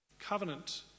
covenant